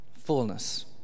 Fullness